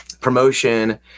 promotion